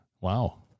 Wow